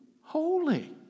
Holy